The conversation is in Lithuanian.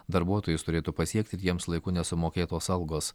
darbuotojus turėtų pasiekti jiems laiku nesumokėtos algos